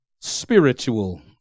spiritual